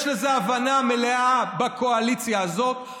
יש לזה הבנה מלאה בקואליציה הזאת,